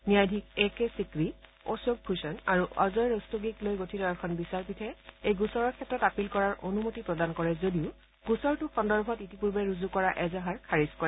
ন্যায়াধীশ একে চিক্ৰী অশোক ভূষণ আৰু অজয় ৰস্তগীক লৈ গঠিত এখন বিচাৰপীঠে এই গোচৰৰ ক্ষেত্ৰত আপীল কৰাৰ অনুমতি প্ৰদান কৰে যদিও গোচৰটো সন্দৰ্ভত ইতিপূৰ্বে ৰুজু কৰা এজাহাৰ খাৰিজ কৰে